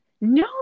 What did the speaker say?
No